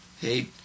Hey